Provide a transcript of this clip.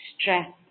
stress